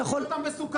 תאכיל אותם בסוכר.